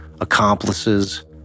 accomplices